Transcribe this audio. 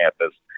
campus